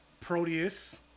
Proteus